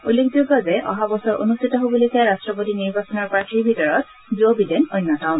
উল্লেখযোগ্য যে অহা বছৰ অনুষ্ঠিত হ'বলগীয়া ৰাষ্ট্ৰপতি নিৰ্বাচনৰ প্ৰাৰ্থীৰ ভিতৰত জ' বিডেন অন্যতম